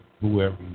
whoever